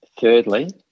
Thirdly